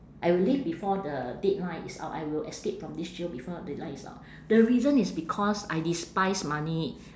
I will leave before the deadline is out I will escape from this jail before deadline is out the reason is because I despise money